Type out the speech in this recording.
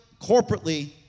corporately